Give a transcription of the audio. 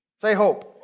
say, hope.